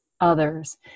others